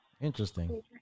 Interesting